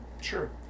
sure